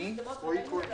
ראינו את זה,